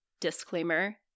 disclaimer